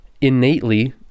innately